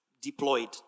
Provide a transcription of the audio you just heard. deployed